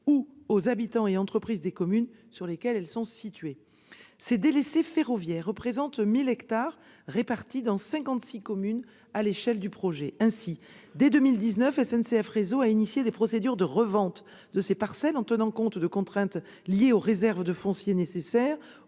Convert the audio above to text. ou aux habitants et entreprises des communes sur lesquelles elles sont situées. Ces délaissés ferroviaires représentent 1 000 hectares répartis dans cinquante-six communes à l'échelle du projet. Ainsi, dès 2019, SNCF Réseau a entamé des procédures de revente de ces parcelles en tenant compte de contraintes liées aux réserves de foncier nécessaires